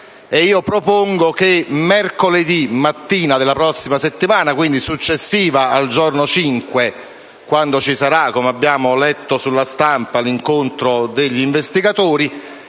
Propongo che mercoledì mattina della prossima settimana (quindi successivamente al giorno 5 aprile, quando, come abbiamo letto sulla stampa, ci sarà l'incontro degli investigatori),